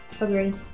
Agreed